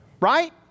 Right